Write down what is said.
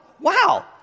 Wow